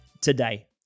today